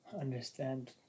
understand